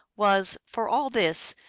was, for all this,